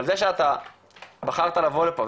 אבל זה שאתה בחרת לבוא לפה,